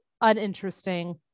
uninteresting